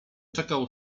czekał